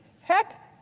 heck